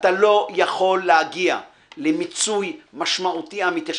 אתה לא יכול להגיע למיצוי משמעותי אמיתי.